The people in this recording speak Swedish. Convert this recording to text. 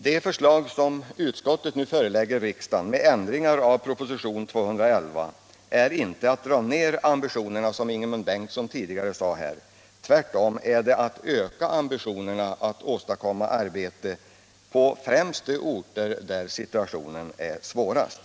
Det förslag som utskottet nu förelägger riksdagen med ändringar av propositionen 211 innebär inte att man drar ned ambitionerna, som Ingemund Bengtsson tidigare sade. Tvärtom innebär förslaget att vi ökar ambitionerna att åstadkomma arbete främst på de orter där situationen är svårast.